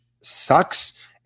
sucks